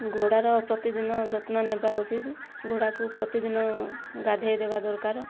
ଘୋଡ଼ାର ପ୍ରତିଦିନ ଯତ୍ନ ନେବା ଉଚିତ୍ ଘୋଡ଼ାକୁ ପ୍ରତିଦିନ ଗାଧୋଇ ଦେବା ଦରକାର